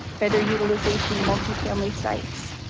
better utilization of multifamily sites,